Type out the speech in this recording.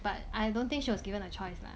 but I don't think she was given a choice lah